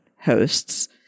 hosts